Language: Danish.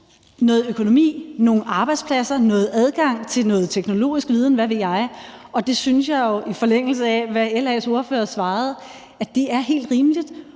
noget økonomi, nogle arbejdspladser, noget adgang til noget teknologisk viden, hvad ved jeg. Og det synes jeg jo, i forlængelse af hvad LA's ordfører svarede, er helt rimeligt.